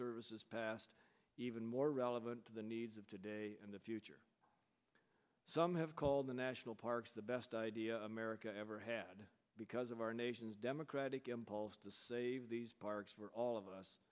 services past even more relevant to the needs of today and the future some have called the national parks the best idea america ever had because of our nation's democratic impulse to save these parks for all of us